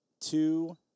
two